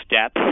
steps